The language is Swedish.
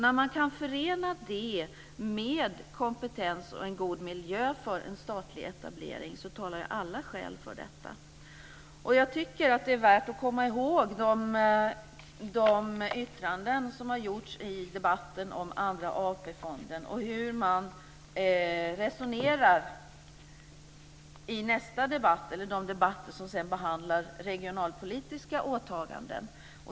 När man kan förena det med kompetens och en god miljö för en statlig etablering talar alla skäl för detta. Jag tycker att det är värt att komma ihåg de yttranden som har gjorts i debatten om Andra AP fonden och hur man kommer att resonera i de debatter som ska behandla regionalpolitiska åtaganden.